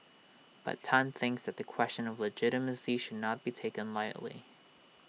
but Tan thinks that the question of legitimacy should not be taken lightly